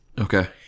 Okay